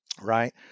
Right